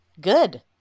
good